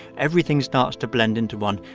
everything starts to blend into one.